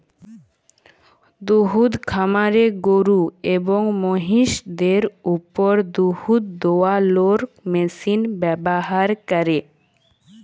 দুহুদ খামারে গরু এবং মহিষদের উপর দুহুদ দুয়ালোর মেশিল ব্যাভার ক্যরে